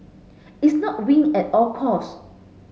it's not win at all cost